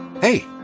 Hey